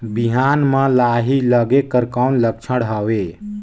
बिहान म लाही लगेक कर कौन लक्षण हवे?